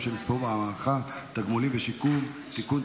שנספו במערכה (תגמולים ושיקום) (תיקון,